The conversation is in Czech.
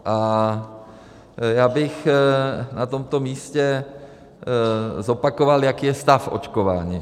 A já bych na tomto místě zopakoval, jaký je stav očkování.